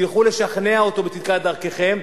לכו לשכנע אותו בצדקת דרככם,